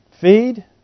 Feed